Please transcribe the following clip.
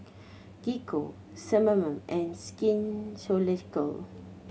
Gingko Sebamed and Skin Ceuticals